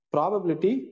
Probability